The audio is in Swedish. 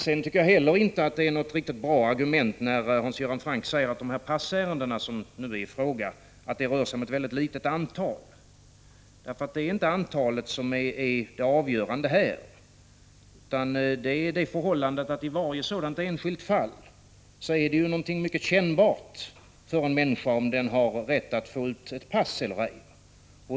Vidare tycker jag heller inte att det är något riktigt bra argument när Hans Göran Franck säger att de passärenden som nu är i fråga utgör ett mycket litet antal. Det är inte antalet som är det avgörande här, utan det förhållandet att det i varje sådant enskilt fall är någonting mycket kännbart för en människa om hon har rätt att få ut ett pass eller ej.